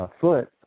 foot